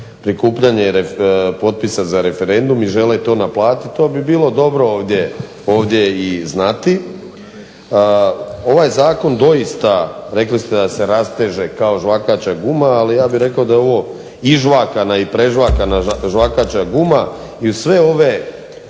prikupljanje potpisa za referendum i žele to naplatiti. To bi bilo dobro ovdje i znati. Ovaj zakon doista, rekli ste da se rasteže kao žvakaća guma. Ali ja bih rekao da je ovo ižvakana i prežvakana žvakaća guma. I uz sve ove